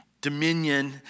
dominion